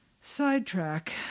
sidetrack